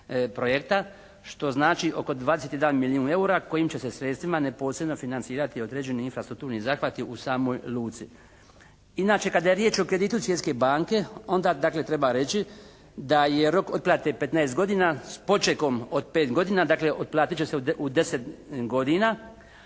projekta, što znači oko 21 milijun eura kojim će se sredstvima neposredno financirati određeni infrastrukturni zahvati u samoj luci. Inače kad je riječ i kreditu Svjetske banke onda dakle treba reći da je rok otplate 15 godina sa počekom od 5 godina, dakle otplatit će se u 10 godina